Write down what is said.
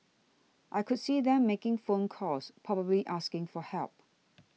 I could see them making phone calls probably asking for help